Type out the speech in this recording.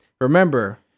Remember